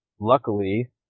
luckily